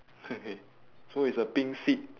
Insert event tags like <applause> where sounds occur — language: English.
<noise> so it's a pink seat